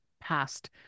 past